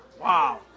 Wow